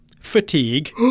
fatigue